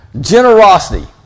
Generosity